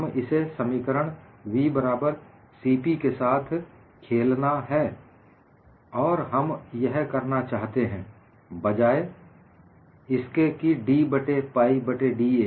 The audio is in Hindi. हमें इस समीकरण v बराबर CP के साथ खेलना है और हम यह करना चाहते हैं बजाय इसके कि d बट्टे पाइ बट्टे da